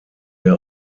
der